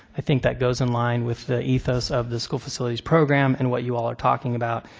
i think that goes in line with the ethos of the school facilities program and what you all are talking about.